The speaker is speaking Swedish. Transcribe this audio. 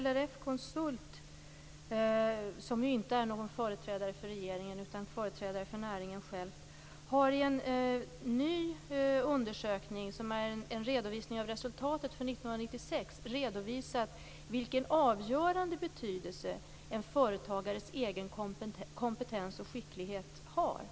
LRF Konsult, som ju inte är någon företrädare för regeringen utan som är en företrädare för näringen själv, har i en ny undersökning, som är en redovisning av resultatet för 1996, redovisat vilken avgörande betydelse en företagares egen kompetens och skicklighet har.